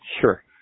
Sure